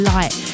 Light